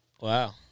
Wow